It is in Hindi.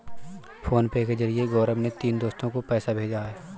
फोनपे के जरिए गौरव ने तीनों दोस्तो को पैसा भेजा है